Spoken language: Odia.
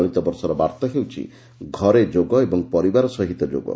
ଚଳିତବର୍ଷର ବାର୍ତ୍ତା ହେଉଛି 'ଘରେ ଯୋଗ ଓ ପରିବାର ସହିତ ଯୋଗ'